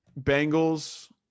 Bengals